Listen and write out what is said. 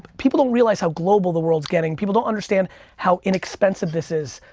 people don't realize how global the world's getting. people don't understand how inexpensive this is.